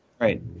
Right